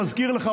שמזכיר לך,